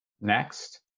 Next